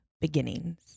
Beginnings